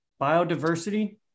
biodiversity